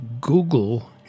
Google